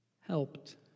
helped